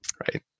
Right